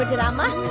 ah drama?